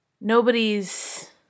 nobody's